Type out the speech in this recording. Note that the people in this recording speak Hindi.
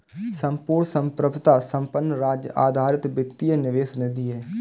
संपूर्ण संप्रभुता संपन्न राज्य आधारित वित्तीय निवेश निधि है